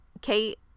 Kate